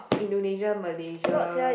Indonesia Malaysia